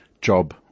job